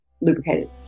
lubricated